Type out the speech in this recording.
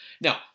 Now-